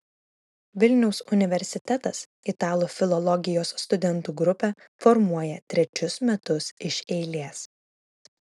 vilniaus universitetas italų filologijos studentų grupę formuoja trečius metus iš eilės